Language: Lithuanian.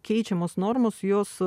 keičiamos normos jos